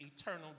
eternal